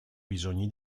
bisogni